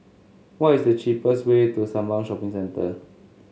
what is the cheapest way to Sembawang Shopping Centre